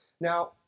Now